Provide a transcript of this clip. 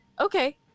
okay